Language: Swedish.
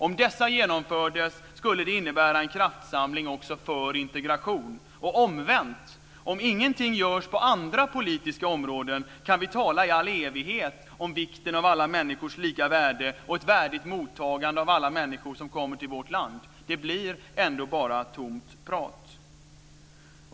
Om dessa genomfördes skulle det innebära en kraftsamling också för integration och omvänt om ingenting görs på andra politiska områden kan vi tala i all evighet om vikten av alla människors lika värde och ett värdigt mottagande av alla människor som kommer till vårt land. Det blir ändå bara tomt prat.